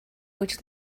which